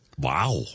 Wow